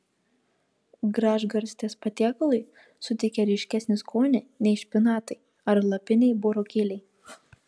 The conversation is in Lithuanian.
gražgarstės patiekalui suteikia ryškesnį skonį nei špinatai ar lapiniai burokėliai